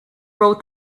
wrote